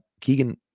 Keegan